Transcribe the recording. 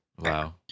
Wow